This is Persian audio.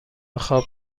خواب